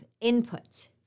input